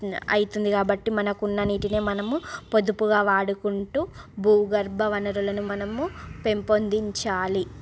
అవుతుంది కాబట్టి మనకున్న నీటినే మనము పొదుపుగా వాడుకుంటూ భూగర్భ వనరులను మనము పెంపొందించాలి